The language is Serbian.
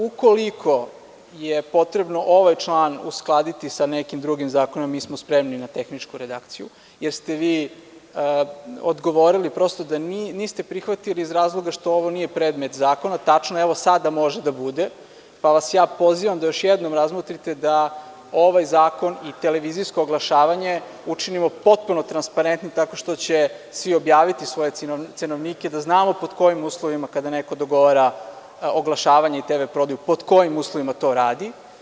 Ukoliko je potrebno ovaj član uskladiti sa nekim drugim zakonom, mi smo spremni na tehničku redakciju, jer ste vi odgovorili prosto da niste prihvatili iz razloga što nije predmet zakona, tačno, evo sada može da bude, pa vas ja pozivam da još jednom razmotrite da ovaj zakon i televizijsko oglašavanje učinimo potpuno transparentnim tako što će svi objaviti svoje cenovnike da znamo pod kojim uslovima kada neko dogovora oglašavanje i TV prodaju pod kojim uslovima to radi.